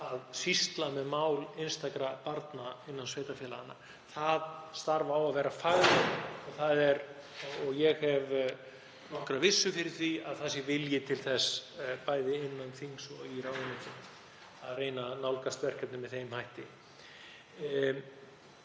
sýsli með mál einstakra barna innan sveitarfélaganna. Það starf á að vera faglegt og ég hef nokkra vissu fyrir því að vilji sé til þess, bæði innan þings og í ráðuneytum, að reyna að nálgast verkefnið með þeim hætti.